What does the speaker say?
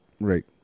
right